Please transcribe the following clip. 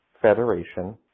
Federation